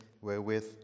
wherewith